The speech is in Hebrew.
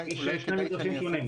אולי כדאי שאני אציג?